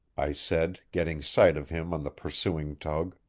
i said, getting sight of him on the pursuing tug.